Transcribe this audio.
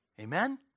Amen